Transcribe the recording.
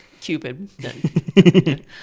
Cupid